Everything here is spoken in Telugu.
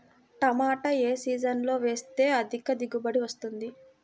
టమాటా ఏ సీజన్లో వేస్తే అధిక దిగుబడి వస్తుంది?